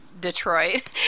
Detroit